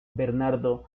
bernardo